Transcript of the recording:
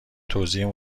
توزیع